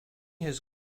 his